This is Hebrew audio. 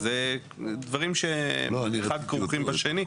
אלו דברים שכרוכים אחד בשני,